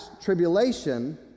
tribulation